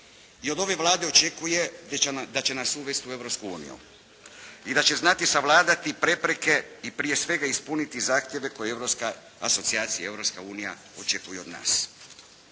i od ove Vlade očekuje da će nas uvesti u Europsku uniju i da će znati savladati prepreke i prije svega ispuniti zahtjeve koje europska asocijacija i Europska